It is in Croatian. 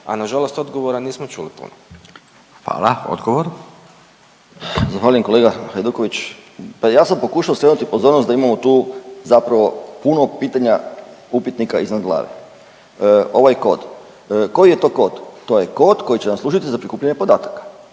a na žalost odgovora nismo čuli puno. **Radin, Furio (Nezavisni)** Hvala. Odgovor. **Pavić, Željko (Socijaldemokrati)** Pa ja sam pokušao skrenuti pozornost da imamo tu zapravo puno pitanja, upitnika iznad glave. Ovaj kod, koji je to kod? To je kod koji će nam služiti za prikupljanje podataka.